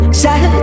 sad